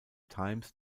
times